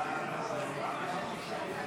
בבקשה.